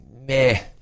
meh